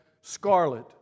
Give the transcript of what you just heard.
scarlet